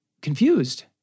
confused